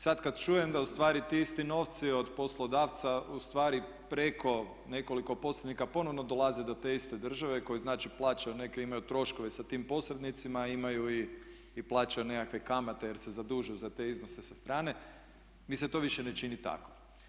Sad kad čujem da u stvari ti isti novci od poslodavca u stvari preko nekoliko posrednika ponovno dolaze do te iste države koje znači plaćaju, neke imaju troškove sa tim posrednicima, imaju i plaćaju nekakve kamate jer se zadužuju za te iznose sa strane mi se to više ne čini tako.